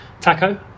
Taco